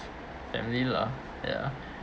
family lah ya